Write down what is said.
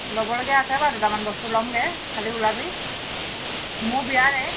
ল'বলগীয়া আছে বাৰু দুটামান বস্তু ল'মগৈ খালী ওলাবি মোৰ বিয়াৰে